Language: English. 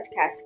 podcast